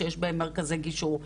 שיש בהם מרכזי גישור,